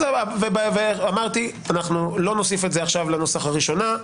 אמרתי שלא נוסיף את זה עכשיו לנוסח לראשונה.